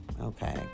okay